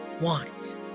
want